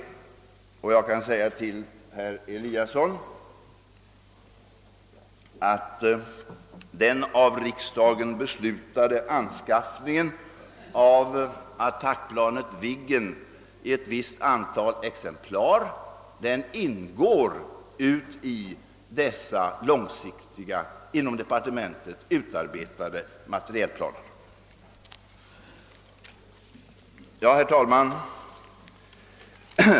Till herr Eliasson i Sundborn kan jag säga att den av riksdagen beslutade anskaffningen av attackplanet Viggen till ett visst antal ingår i dessa inom departementet utarbetade långsiktiga materielplaner. Herr talman!